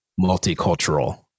multicultural